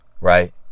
right